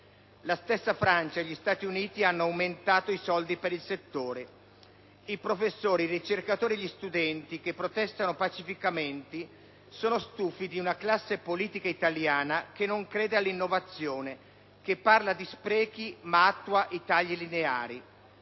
Anche la Francia e gli Stati Uniti hanno aumentato i soldi per questo settore. I professori, i ricercatori e gli studenti che protestano pacificamente sono stufi di una classe politica italiana che non crede all'innovazione, che parla di sprechi ma attua tagli lineari.